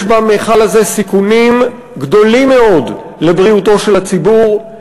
יש במכל בזה סיכונים גדולים מאוד לבריאותו של הציבור,